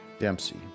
dempsey